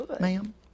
ma'am